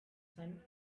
sun